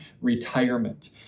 retirement